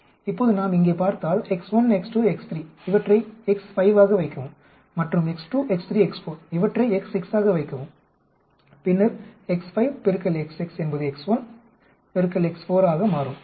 இப்போது நாம் இங்கே பார்த்தால் x1 x2 x3 இவற்றை x5 ஆக வைக்கவும் மற்றும் x2 x3 x4 இவற்றை x6 ஆக வைக்கவும் பின்னர் x5 பெருக்கல் x6 என்பது x1 x4 ஆக மாறும்